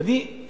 ואני,